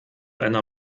einer